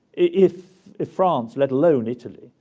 if if france, let alone italy,